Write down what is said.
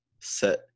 set